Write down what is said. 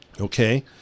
okay